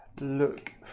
look